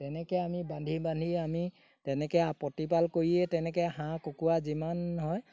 তেনেকৈ আমি বান্ধি বান্ধি আমি তেনেকৈ প্ৰতিপাল কৰিয়ে তেনেকৈ হাঁহ কুকুৰা যিমান হয়